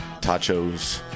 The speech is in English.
tachos